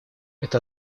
это